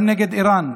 גם נגד איראן,